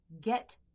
get